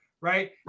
right